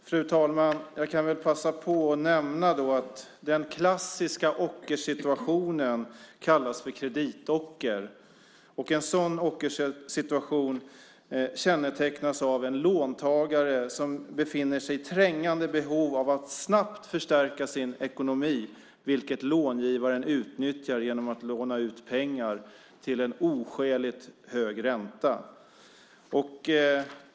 Fru talman! Jag kan väl passa på att nämna att den klassiska ockersituationen kallas för kreditocker. En sådan ockersituation kännetecknas av en låntagare som befinner sig i trängande behov av att snabbt förstärka sin ekonomi, vilket långivaren utnyttjar genom att låna ut pengar till en oskäligt hög ränta.